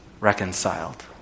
reconciled